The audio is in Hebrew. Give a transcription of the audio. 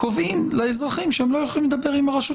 קובעים לאזרחים שהם לא יכולים לדבר עם הרשות